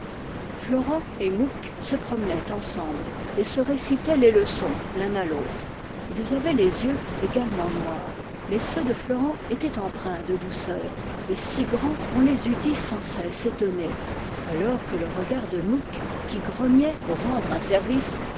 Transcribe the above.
florent et mouque se promenaient ensemble et se récitaient les leçons l'un à l'autre ils avaient les yeux également noirs mais ceux de florent étaient empreints de douceur et si grands qu'on les eût dits sans cesse étonnés alors que le regard de mouque qui grognait pour rendre un service